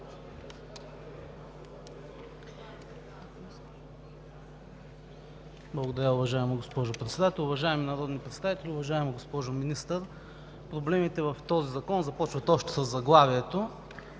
Благодаря, уважаема госпожо Председател. Уважаеми народни представители, уважаема госпожо Министър! Проблемите в този закон започват още със заглавието.